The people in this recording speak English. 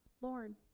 Lord